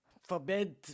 Forbid